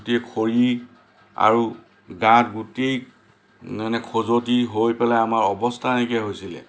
খৰি আৰু গাত গোটেই খজুৱতি হৈ পেলাই আমাৰ অৱস্থা নাইকিয়া হৈছিলে